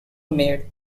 made